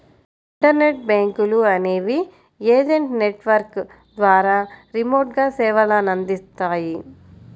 internet బ్యాంకులు అనేవి agent network ద్వారా రిమోట్గా సేవలనందిస్తాయి